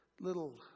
little